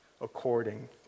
according